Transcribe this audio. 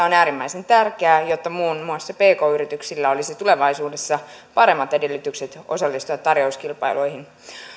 on äärimmäisen tärkeää jotta muun muassa pk yrityksillä olisi tulevaisuudessa paremmat edellytykset osallistua tarjouskilpailuihin